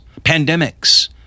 pandemics